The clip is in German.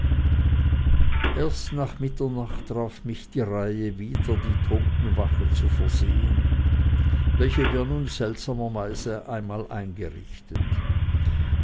erst nach mitternacht traf mich die reihe wieder die totenwache zu versehen welche wir seltsamerweise nun einmal eingerichtet